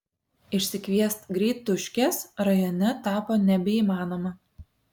išsikviest greituškės rajone tapo nebeįmanoma